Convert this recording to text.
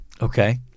Okay